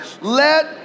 let